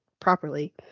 properly